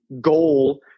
goal